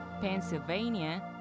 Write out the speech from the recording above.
Pennsylvania